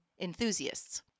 enthusiasts